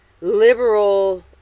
liberal